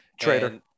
trader